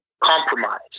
compromise